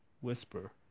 whisper